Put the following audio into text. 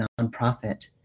nonprofit